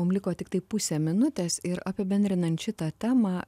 mum liko tiktai pusė minutės ir apibendrinant šitą temą